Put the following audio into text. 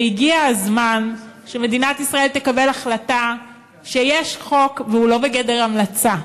והגיע הזמן שמדינת ישראל תקבל החלטה שיש חוק והוא לא בגדר המלצה.